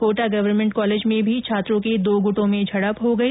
Kota government college में भी छात्रों के दो गुटों में झड़प हो गई